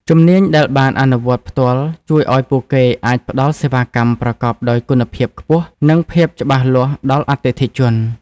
ជំនាញដែលបានអនុវត្តផ្ទាល់ជួយឱ្យពួកគេអាចផ្តល់សេវាកម្មប្រកបដោយគុណភាពខ្ពស់ និងភាពច្បាស់លាស់ដល់អតិថិជន។